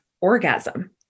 orgasm